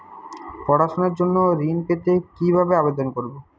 পড়াশুনা জন্য ঋণ পেতে কিভাবে আবেদন করব?